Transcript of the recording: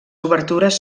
obertures